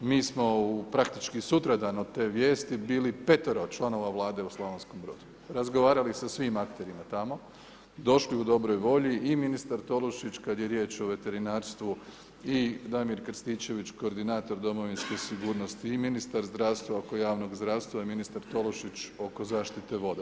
Mi smo praktički sutradan od te vijesti bili petero članova Vlade u Slavonskom Brodu, razgovarali sa svim akterima tamo, došli u dobroj volji i ministar Tolušić kada je riječ o veterinarstvu i Damir Krstičević koordinator domovinske sigurnosti i ministar zdravstva oko javnog zdravstva i ministar Tolušić oko zaštite vode.